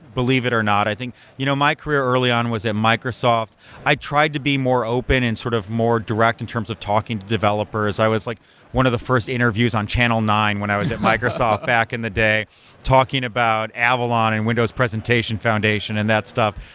believe it or not. i think you know my career early on was that microsoft i tried to be more open and sort of more direct in terms of talking to developers. i was like one of the first interviews on channel nine when i was at microsoft back in the day talking about avalon and windows presentation foundation and that stuff.